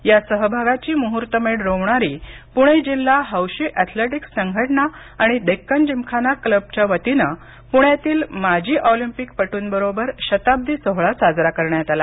या सहभागाची मुहूर्तमेढ रोवणारी पुणे जिल्हा हौशी अथलेटिक्स संघटना आणि डेक्कन जिमखाना क्लब च्या वतीने पुण्यातील माजी ऑलिम्पिकपटूं बरोबर शताब्दी सोहळा साजरा करण्यात आला